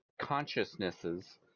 consciousnesses